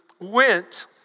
went